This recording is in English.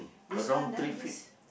around three feet